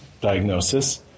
diagnosis